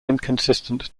inconsistent